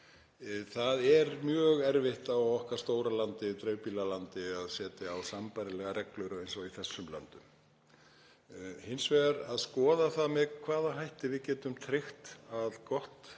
Það er mjög erfitt í okkar stóra landi, dreifbýla landi, að setja sambærilegar reglur og í þessum löndum. Það er hins vegar hægt að skoða það með hvaða hætti við getum tryggt að gott